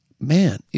man